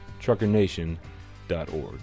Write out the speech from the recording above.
TruckerNation.org